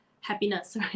happiness